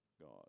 God